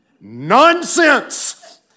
nonsense